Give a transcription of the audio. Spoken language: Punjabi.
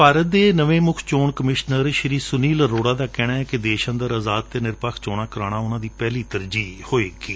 ਭਾਰਤ ਦੇ ਨਵੇ ਮੁੱਖ ਚੋਣ ਕਮਿਸ਼ਨਰ ਸ੍ਰੀ ਸੁਨੀਲ ਅਰੋੜਾ ਦਾ ਕਹਿਣੈ ਕਿ ਦੇਸ਼ ਅੰਦਰ ਆਜ਼ਾਦ ਅਤੇ ਨਿਰਪੱਖ ਚੋਣਾਂ ਕਰਵਾਉਣਾ ਉਨਾਂ ਦੀ ਪਹਿਲੀ ਤਰਜੀਹ ਹੋਵੇਗੀ